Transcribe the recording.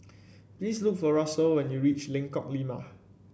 please look for Russel when you reach Lengkong Lima